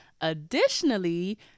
Additionally